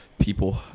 people